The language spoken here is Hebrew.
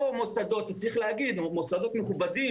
וצריך להגיד שאלה מוסדות מכובדים,